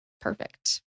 Perfect